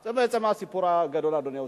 זה בעצם הסיפור הגדול, אדוני היושב-ראש.